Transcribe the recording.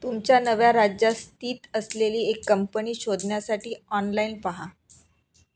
तुमच्या नव्या राज्यात स्थित असलेली एक कंपनी शोधण्यासाठी ऑनलाईन पहा